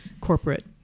corporate